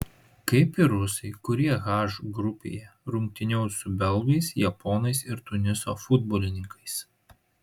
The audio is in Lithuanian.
kaip ir rusai kurie h grupėje rungtyniaus su belgais japonais ir tuniso futbolininkais